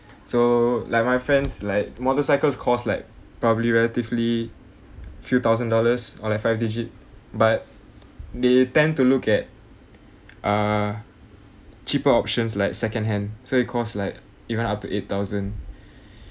so like my friends like motorcycles cost like probably relatively few thousand dollars or like five digit but they tend to look at ah cheaper options like second-hand so it cost like even up to eight thousand